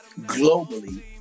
globally